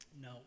no